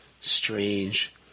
Strange